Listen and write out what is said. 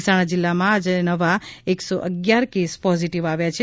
મહેસાણા જિલ્લામાં આજે નવા એકસો અગિયાર કેસ પોઝીટીવ આવ્યા છે